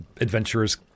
adventurer's